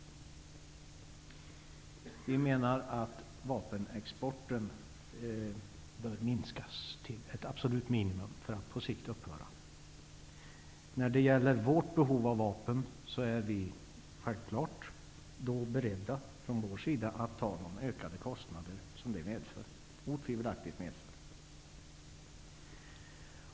Vänsterpartiet menar att vapenexporten bör minskas till ett absolut minimum för att på sikt upphöra. Självfallet är vi från vår sida beredda att ta de ökade kostnader för Sveriges behov av vapen som detta utan tvivel medför.